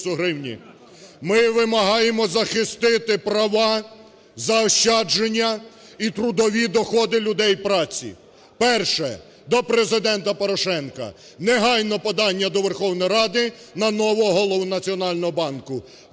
Ми вимагаємо захистити права заощадження і трудові доходи людей праці. Перше, до Президента Порошенка. Негайно подання до Верховної Ради на нового Голову Національного банку.